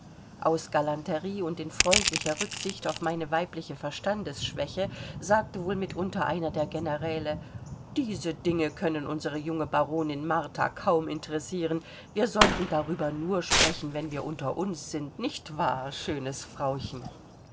aus galanterie und in freundlicher rücksicht auf meine weibliche verstandesschwäche sagte wohl mitunter einer der generäle diese dinge können unsere junge baronin martha kaum interessieren wir sollten darüber nur sprechen wenn wir unter uns sind nicht wahr schönes frauchen